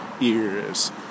ears